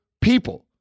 people